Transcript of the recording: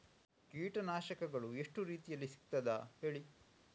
ಕೀಟನಾಶಕಗಳು ಎಷ್ಟು ರೀತಿಯಲ್ಲಿ ಸಿಗ್ತದ ಹೇಳಿ